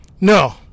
No